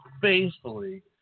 faithfully